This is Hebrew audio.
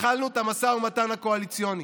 התחלנו את המשא ומתן הקואליציוני.